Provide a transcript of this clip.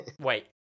Wait